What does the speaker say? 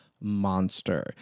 monster